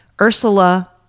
Ursula